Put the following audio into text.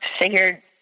figured